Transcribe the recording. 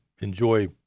enjoy